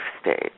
stage